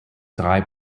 drei